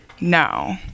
No